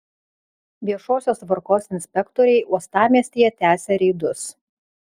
viešosios tvarkos inspektoriai uostamiestyje tęsia reidus